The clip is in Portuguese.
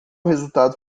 resultado